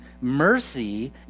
mercy